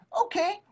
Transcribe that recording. Okay